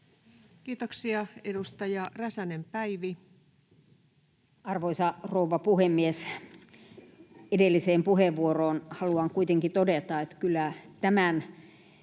Kiitoksia. — Edustaja Räsänen, Päivi. Arvoisa rouva puhemies! Edelliseen puheenvuoroon haluan kuitenkin todeta, että kyllä tämän